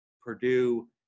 Purdue